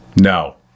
No